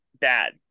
bad